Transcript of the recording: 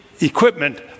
equipment